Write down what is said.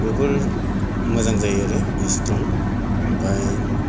बेफोर मोजां जायो आरो बि स्थ्रं ओमफ्राय